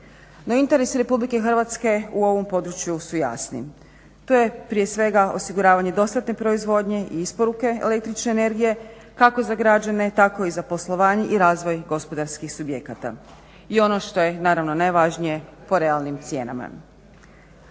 interesi RH u ovom području su jasni. To je prije svega osiguravanje dostatne proizvodnje i isporuke električne energije kako za građane tako i za poslovanje i razvoj gospodarskih subjekata. I ono što je naravno najvažnije po realnim cijenama.